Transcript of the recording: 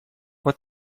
what